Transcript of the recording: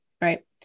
Right